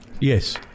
Yes